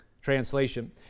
translation